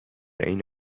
عین